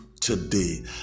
today